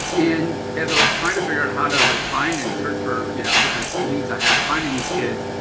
and as i was trying to figure out how to like find and search for, you know, different leads i had of finding these kids.